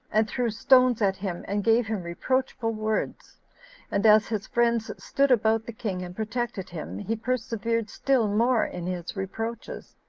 and threw stones at him, and gave him reproachful words and as his friends stood about the king and protected him, he persevered still more in his reproaches,